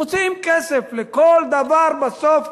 מוצאים כסף לכל דבר בסוף.